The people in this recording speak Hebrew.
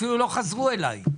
אפילו לא חזרו אליי.